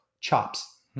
chops